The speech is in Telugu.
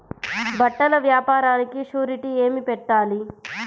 బట్టల వ్యాపారానికి షూరిటీ ఏమి పెట్టాలి?